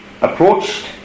approached